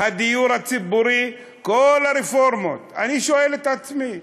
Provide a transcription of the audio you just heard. הדיור הציבורי, כל הרפורמות, אני שואל את עצמי: